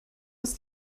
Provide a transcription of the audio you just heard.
ist